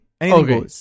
okay